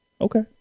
okay